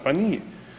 Pa nije.